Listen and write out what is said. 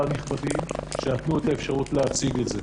הנכבדים שנתנו את האפשרות להציג את זה.